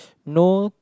no